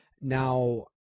Now